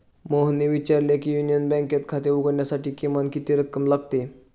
मोहनने विचारले की युनियन बँकेत खाते उघडण्यासाठी किमान किती रक्कम लागते?